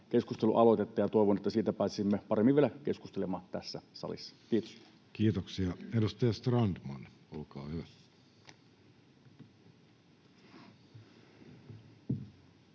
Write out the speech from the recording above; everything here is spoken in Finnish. keskustelualoitetta ja toivon, että siitä pääsisimme vielä paremmin keskustelemaan tässä salissa. — Kiitos. Kiitoksia. — Edustaja Strandman, olkaa hyvä.